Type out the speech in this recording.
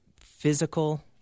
physical